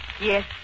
Yes